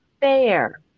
fair